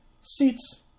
seats